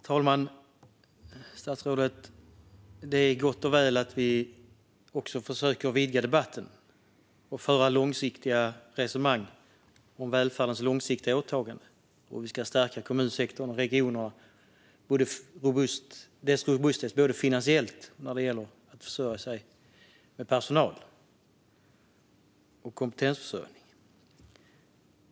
Herr talman! Det är gott och väl att vi försöker vidga debatten och föra långsiktiga resonemang om välfärdens långsiktiga åtaganden och hur vi ska stärka kommun och regionsektorns robusthet både finansiellt och när det gäller personal och kompetensförsörjning.